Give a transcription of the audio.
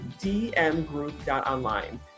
dmgroup.online